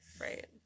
Right